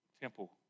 temple